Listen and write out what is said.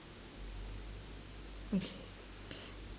mm K